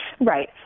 Right